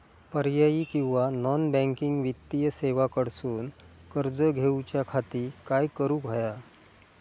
पर्यायी किंवा non banking वित्तीय सेवा कडसून कर्ज घेऊच्या खाती काय करुक होया?